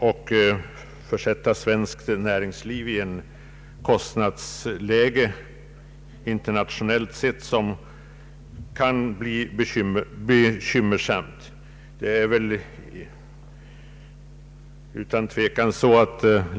De kommer att försätta svenskt näringsliv i en kostnadssituation internationellt sett som kan bli bekymmersam.